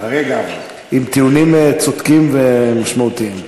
עם טיעונים צודקים ומשמעותיים.